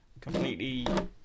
completely